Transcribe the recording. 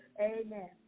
Amen